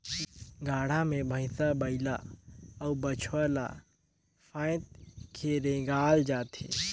गाड़ा मे भइसा बइला अउ बछवा ल फाएद के रेगाल जाथे